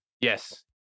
Yes